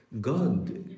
God